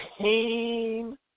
pain